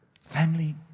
Family